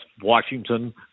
Washington